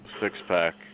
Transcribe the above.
six-pack